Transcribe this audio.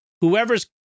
whoever's